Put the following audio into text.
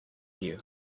you